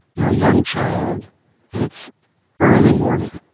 you're a young child and it's early morning,